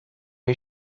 you